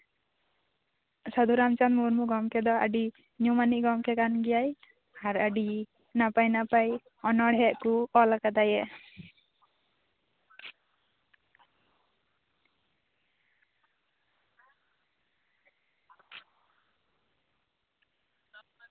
ᱥᱟᱫᱷᱩ ᱨᱟᱢᱪᱟᱸᱫ ᱢᱩᱨᱢᱩ ᱜᱚᱝᱠᱮ ᱫᱚ ᱟᱹᱰᱤ ᱧᱩᱢᱟᱱᱤᱡ ᱜᱚᱝᱠᱮ ᱠᱟᱱ ᱜᱮᱭᱟᱭ ᱟᱨ ᱟᱹᱰᱤ ᱱᱟᱯᱟᱭ ᱱᱟᱯᱟᱭ ᱚᱱᱚᱬᱦᱮᱸ ᱠᱚᱭ ᱚᱞ ᱠᱟᱫᱟᱭᱮ